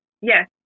Yes